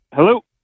Hello